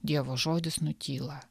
dievo žodis nutyla